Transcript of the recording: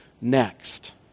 next